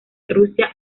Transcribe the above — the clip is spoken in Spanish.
rusia